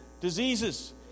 diseases